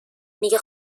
میگه